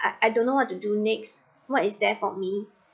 I I don't know what to do next what is there for me